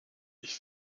ich